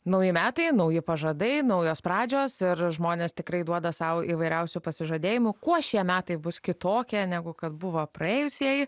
nauji metai nauji pažadai naujos pradžios ir žmonės tikrai duoda sau įvairiausių pasižadėjimų kuo šie metai bus kitokie negu kad buvo praėjusieji